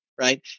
right